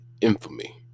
infamy